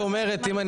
מבין